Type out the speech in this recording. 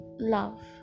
Love